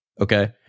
Okay